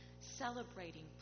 celebrating